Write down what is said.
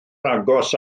agos